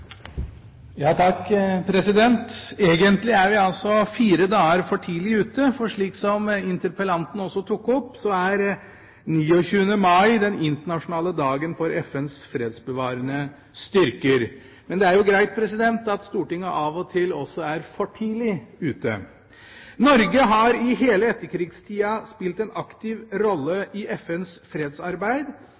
vi fire dager for tidlig ute, for – slik også interpellanten tok opp – det er 29. mai som er den internasjonale dagen for FNs fredsbevarende styrker. Men det er jo greit at Stortinget av og til også er for tidlig ute! Norge har i hele etterkrigstida spilt en aktiv rolle i FNs fredsarbeid,